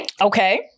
Okay